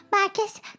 Marcus